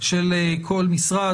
מכל משרד,